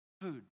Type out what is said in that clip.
food